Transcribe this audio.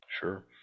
Sure